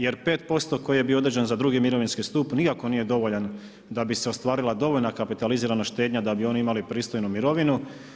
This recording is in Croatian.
Jer 5% koji je bio određen za 2 mirovinski stup, nikako nije dovoljan, da bi se ostvarila dovoljna kapitalizirana štednja, da bi oni imali pristojnu mirovinu.